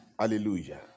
hallelujah